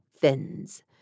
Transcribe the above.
fins